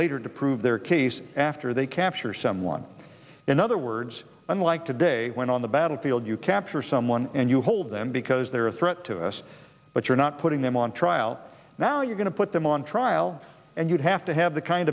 later to prove their case after they capture someone in other words unlike when on the battlefield you capture someone and you hold them because they're a threat to us but you're not putting them on trial now you're going to put them on trial and you'd have to have the kind